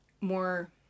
more